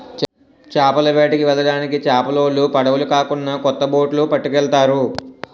చేపల వేటకి వెళ్ళడానికి చేపలోలు పడవులు కాకున్నా కొత్త బొట్లు పట్టుకెళ్తారు